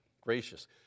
gracious